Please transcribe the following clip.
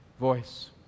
voice